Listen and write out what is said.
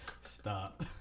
Stop